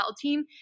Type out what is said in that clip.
team